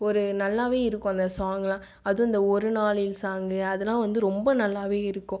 ஒரு நல்லாவே இருக்கும் அந்த சாங்லாம் அது இந்த ஒரு நாளில் சாங் அதுலாம் வந்து ரொம்ப நல்லாவே இருக்கும்